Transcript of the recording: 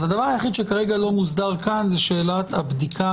הדבר היחיד שכרגע לא מוסדר כאן זאת שאלת הבדיקה